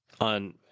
on